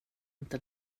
inte